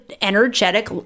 energetic